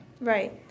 right